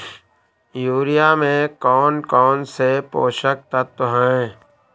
Urea में कौन कौन से पोषक तत्व है?